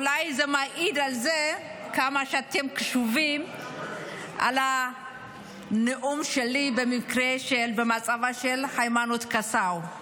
אולי זה מעיד על זה כמה שאתם קשובים לנאום שלי על מצבה של היימנוט קסאו.